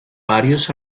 varios